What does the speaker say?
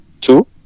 Two